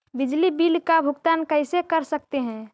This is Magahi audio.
बिजली बिल का भुगतान कैसे कर सकते है?